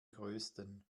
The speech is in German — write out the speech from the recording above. größten